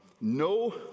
no